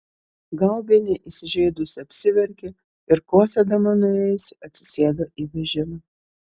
gaubienė įsižeidusi apsiverkė ir kosėdama nuėjusi atsisėdo į vežimą